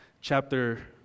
chapter